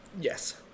Yes